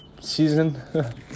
season